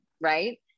right